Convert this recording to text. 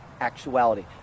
actuality